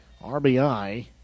RBI